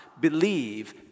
believe